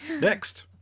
Next